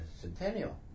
centennial